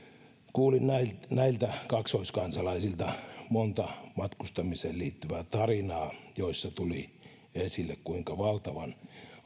kuulin näiltä näiltä kaksoiskansalaisilta monta matkustamiseen liittyvää tarinaa joissa tuli esille kuinka valtavan